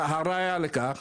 הראיה לכך,